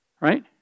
Right